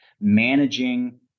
managing